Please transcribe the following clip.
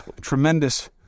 tremendous